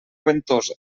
ventosa